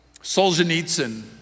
Solzhenitsyn